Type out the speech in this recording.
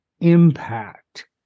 impact